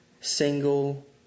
single